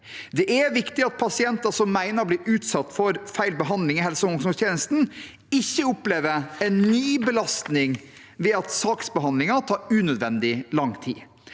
Det er viktig at pasienter som mener å ha blitt utsatt for feilbehandling i helse- og omsorgstjenesten, ikke opplever en ny belastning ved at saksbehandlingen tar unødvendig lang tid.